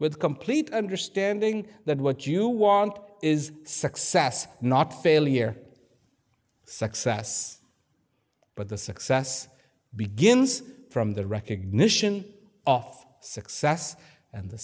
with complete understanding that what you want is success not failure success but the success begins from the recognition off success and the